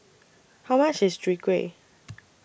How much IS Chwee Kueh